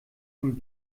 von